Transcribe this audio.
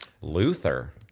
Luther